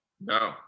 No